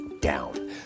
down